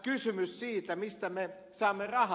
kysymys siitä mistä me saamme rahat